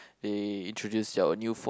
they introduce your new phone